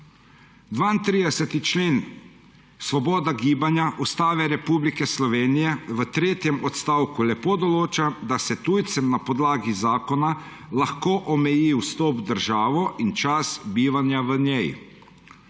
32. člen, svoboda gibanja, Ustave Republike Slovenije v tretjem odstavku lepo določa, da se tujcem na podlagi zakona lahko omeji vstop v državo in čas bivanja v njej.